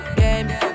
game